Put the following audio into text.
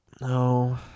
No